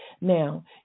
Now